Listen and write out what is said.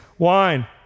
Wine